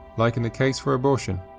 like in the case for abortion,